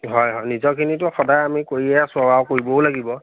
হয় হয় নিজৰখিনিতো সদায় আমি কৰিয়ে আছোঁ আৰু কৰিবও লাগিব